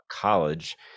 college